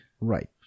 Right